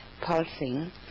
pulsing